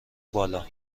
بالا